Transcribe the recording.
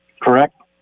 correct